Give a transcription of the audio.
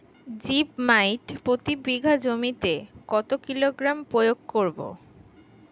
Zip মাইট প্রতি বিঘা জমিতে কত কিলোগ্রাম প্রয়োগ করব?